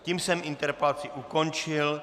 Tím jsem interpelaci ukončil.